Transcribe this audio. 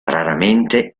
raramente